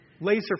laser